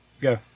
Go